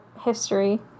history